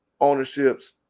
ownerships